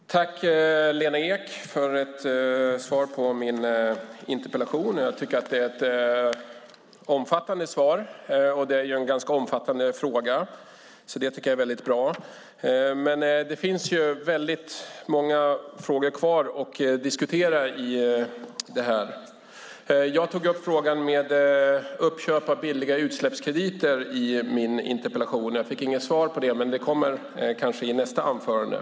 Fru talman! Tack, Lena Ek, för svaret på min interpellation! Jag tycker att det är ett omfattande svar - det är en ganska omfattande fråga. Det tycker jag är bra. Men det finns många frågor kvar att diskutera i det här. Jag tog upp frågan om uppköp av billiga utsläppskrediter i min interpellation. Jag fick inget svar på det, men det kommer kanske i nästa anförande.